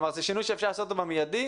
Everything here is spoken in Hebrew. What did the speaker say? זה שינוי שאפשר לעשות אותו במידי,